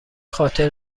خاطر